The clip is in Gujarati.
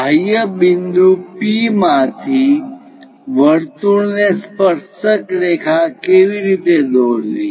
બાહ્ય બિંદુ P માંથી વર્તુળ ને સ્પર્શક રેખા કેવી રીતે દોરવી